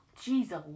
Jesus